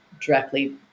directly